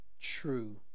true